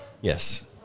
Yes